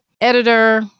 editor